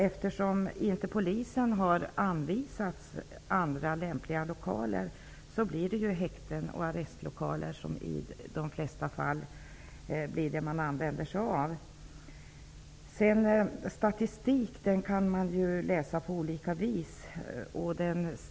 Eftersom polisen inte har anvisats andra lämpliga lokaler används i de flesta fall häkten och arrestlokaler. Statistik kan man läsa på olika sätt.